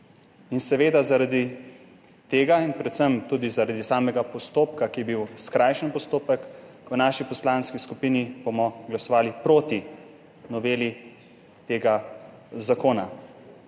unije. Zaradi tega in predvsem tudi zaradi samega postopka, ki je bil skrajšan postopek, bomo v naši poslanski skupini glasovali proti noveli tega zakona.